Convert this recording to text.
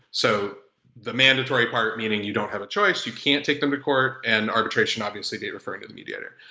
so the mandatory part meaning you don't have a choice. you can't take them to court and arbitration obviously they'd be referring to the mediator.